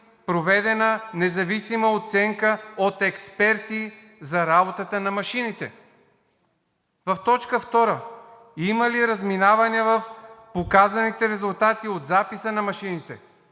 проведена независима оценка от експерти за работата на машините“? В точка втора: „има ли разминаване в показаните резултати от записа на машините“?